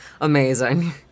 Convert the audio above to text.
Amazing